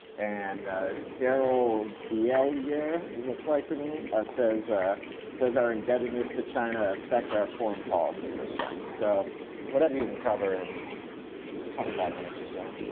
and darryl beilaire looks like to me says does our indebtedness to china affect our foreign policy with them. so whatever you can cover in twenty five minutes or so.